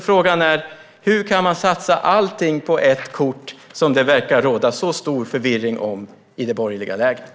Frågan är: Hur kan man satsa allt på ett kort som det verkar råda så stor förvirring om i det borgerliga lägret?